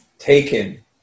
taken